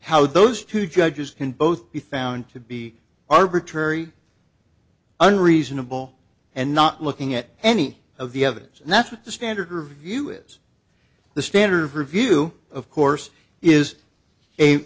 how those two judges can both be found to be arbitrary unreasonable and not looking at any of the evidence and that's what the standard review is the standard review of course is a